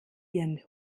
ihren